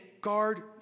guard